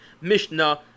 Mishnah